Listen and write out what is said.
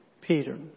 Peter